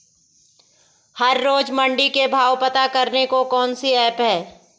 हर रोज़ मंडी के भाव पता करने को कौन सी ऐप है?